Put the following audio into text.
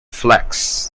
flex